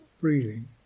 Breathing